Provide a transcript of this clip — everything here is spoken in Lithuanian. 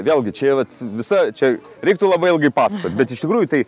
vėlgi čia vat visa čia reiktų labai ilgai pasakot bet iš tikrųjų tai